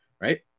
right